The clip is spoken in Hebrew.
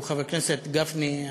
שהוא חבר הכנסת גפני.